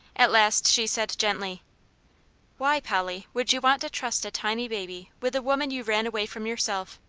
at last she said gently why, polly, would you want to trust a tiny baby with a woman you ran away from yourself?